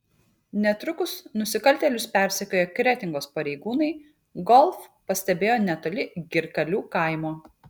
netrukus nusikaltėlius persekioję kretingos pareigūnai golf pastebėjo netoli girkalių kaimo